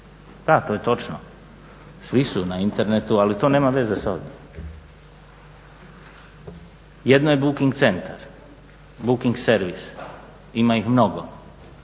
da to je točno, svi su na internetu ali to nema veze sa internetom. Jedno je booking centar, booking servis, ima ih mnogo,